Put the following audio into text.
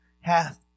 hath